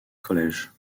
college